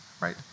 right